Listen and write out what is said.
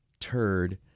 turd